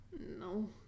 no